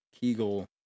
Kegel